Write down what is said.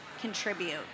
contribute